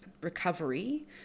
recovery